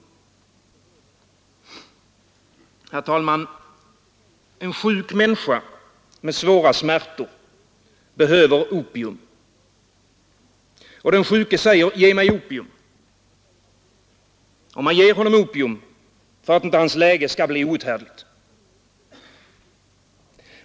Herr talman! En sjuk människa med svåra smärtor behöver opium. Och den sjuke säger: Ge mig opium! Man ger honom då opium för att inte hans läge skall bli outhärdligt.